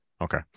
Okay